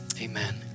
amen